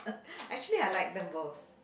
actually I like them both